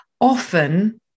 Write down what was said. often